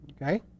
okay